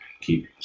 keep